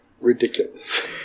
ridiculous